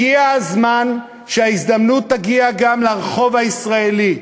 הגיע הזמן שההזדמנות תגיע גם לרחוב הישראלי.